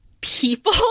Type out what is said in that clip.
people